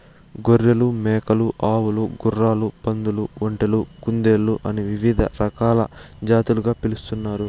గొర్రెలు, మేకలు, ఆవులు, గుర్రాలు, పందులు, ఒంటెలు, కుందేళ్ళు అని వివిధ రకాల జాతులుగా పిలుస్తున్నారు